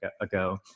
ago